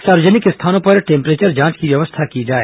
सार्वजनिक स्थानों पर टेम्प्रेचर जांच की व्यवस्था की जाए